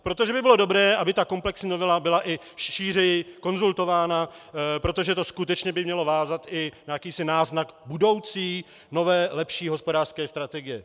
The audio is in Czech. Protože by bylo dobré, aby ta komplexní novela byla i šířeji konzultována, protože by to skutečně mělo vázat i na jakýsi náznak budoucí nové lepší hospodářské strategie.